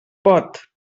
pot